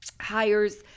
hires